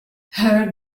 her